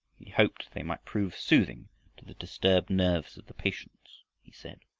he hoped they might prove soothing to the disturbed nerves of the patients, he said.